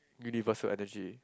universal energy